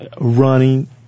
running